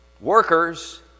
workers